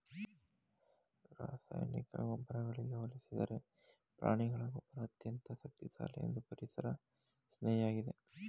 ರಾಸಾಯನಿಕ ಗೊಬ್ಬರಗಳಿಗೆ ಹೋಲಿಸಿದರೆ ಪ್ರಾಣಿಗಳ ಗೊಬ್ಬರ ಅತ್ಯಂತ ಶಕ್ತಿಶಾಲಿ ಮತ್ತು ಪರಿಸರ ಸ್ನೇಹಿಯಾಗಿದೆ